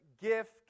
gift